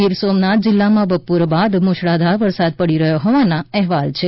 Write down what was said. ગીર સોમનાથ જિલ્લામાં બપોર બાદ મુશળધાર વરસાદ પડી રહ્યો હોવાના અહેવાલ છે